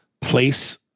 Place